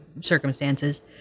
circumstances